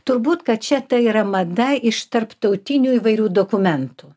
turbūt kad čia tai yra mada iš tarptautinių įvairių dokumentų